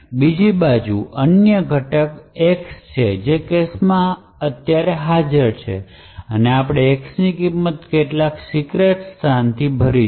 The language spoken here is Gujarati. બીજી બાજુ અન્ય ઘટક X છે જે કેશમાં હાજર છે અને આપણે X ની કિંમત કેટલાક સીક્રેટ સ્થાનથી ભરીશું